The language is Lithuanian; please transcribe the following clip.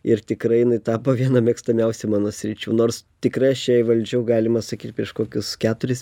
ir tikrai jinai tapo viena mėgstamiausių mano sričių nors tikrai aš ją įvaldžiau galima sakyt prieš kokius keturis